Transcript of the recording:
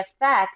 effect